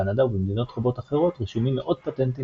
בקנדה ובמדינות רבות אחרות רשומים מאות פטנטים